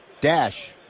dash